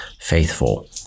faithful